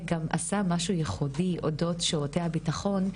עשה משהו ייחודי אודות שירותי הביטחון,